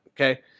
Okay